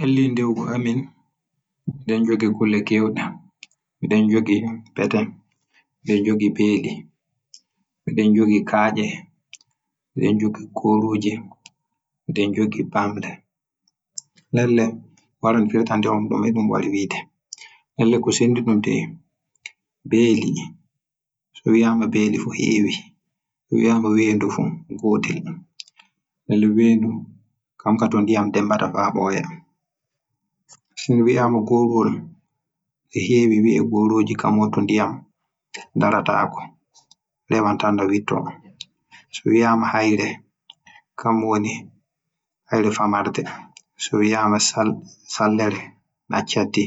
En de dewgu amin mi ɗen joggi kulle ke'ude. Mi ɗen joggi pette. Mi ɗen joggi beeli, Mi ɗen joggi kan'e, Mi ɗen joggi fahin goruji, Mi ɗen joggi bamle, Ndele mi waran firtan de on ɗume ɗum wari wiide. So wiya am masiɗo so ɗuuɗi e bete kahooto e ndiyam ka hootu e dimbata woya ceɗum, So wiyaam ɗum korum kanjum ndiyam hebata dogga witto, So wiya am meetu kamun to wiya ndiyam daroto faabuye nden ba faabuye. Lalle so wiya am seddi